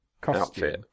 costume